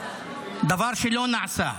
דבר שלא נעשה.